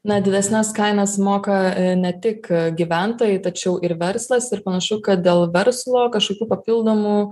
na didesnes kainas moka ne tik gyventojai tačiau ir verslas ir panašu kad dėl verslo kažkokių papildomų